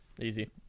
easy